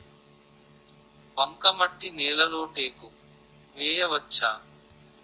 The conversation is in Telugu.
బంకమట్టి నేలలో టేకు వేయవచ్చా?